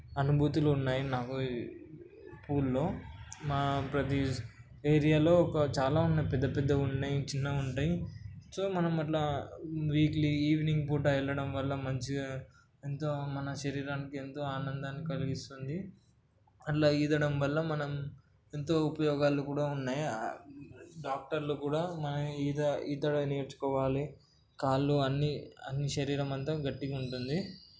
అనుభూతులు ఉన్నాయి నాకు పూల్లో మా ప్రతీ ఏరియాలో ఒక చాలా ఉన్నాయి పెద్ద పెద్దగా ఉన్నాయి చిన్నగా ఉంటాయి సో మనం అట్లా వీక్లీ ఈవెనింగ్ పూట వెళ్ళడం వల్ల మంచిగా ఎంతో మన శరీరానికి ఎంతో ఆనందాన్ని కలిగిస్తుంది అట్లా ఈదడం వల్ల మనం ఎంతో ఉపయోగాలు కూడా ఉన్నాయి డాక్టర్లు కూడా మనం ఈత ఈత నేర్చుకోవాలి కాళ్ళు అన్ని అన్ని శరీరం అంతా గట్టిగా ఉంటుంది